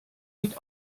nicht